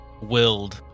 willed